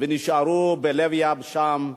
והם נשארו בלב ים שם,